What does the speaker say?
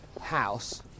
house